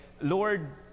lord